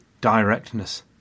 directness